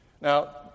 Now